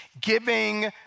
giving